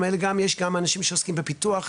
אלא גם יש אנשים שעוסקים בפיתוח.